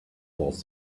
was